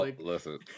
listen